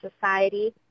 society